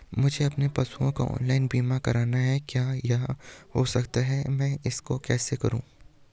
मुझे अपने पशुओं का ऑनलाइन बीमा करना है क्या यह हो सकता है मैं इसको कैसे करूँ?